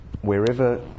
wherever